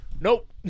nope